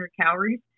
calories